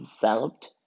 developed